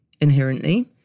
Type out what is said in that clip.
inherently